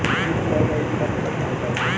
UPI ID का मतलब क्या होता है?